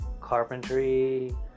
carpentry